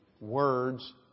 words